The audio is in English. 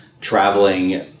traveling